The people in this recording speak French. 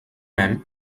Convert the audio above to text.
même